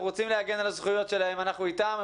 רוצים להגן על הזכויות שלהם ואנחנו איתם,